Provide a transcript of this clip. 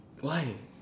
why